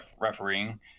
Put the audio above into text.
refereeing